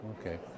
Okay